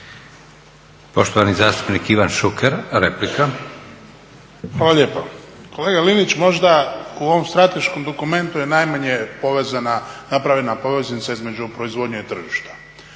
Poštovani zastupnik Ivan Šuker, replika. **Šuker, Ivan (HDZ)** Hvala lijepo. Kolega Linić možda u ovom strateškom dokumentu je najmanje napravljena poveznica između proizvodnje i tržišta,